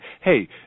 hey